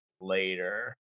later